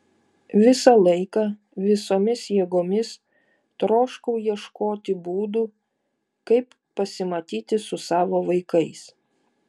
visą laiką visomis jėgomis troškau ieškoti būdų kaip pasimatyti su savo vaikais